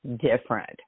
different